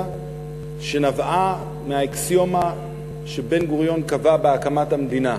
שנבעה מהאקסיומה שבן-גוריון קבע בהקמת המדינה,